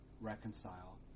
reconcile